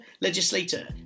Legislator